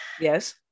yes